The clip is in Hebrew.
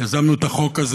יזמנו את החוק הזה.